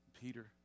Peter